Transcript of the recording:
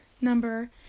Number